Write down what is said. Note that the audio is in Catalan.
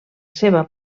seva